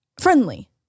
Friendly